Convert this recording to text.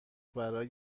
برای